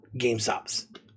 GameStops